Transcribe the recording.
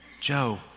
Joe